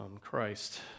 Christ